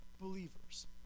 believers